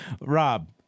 Rob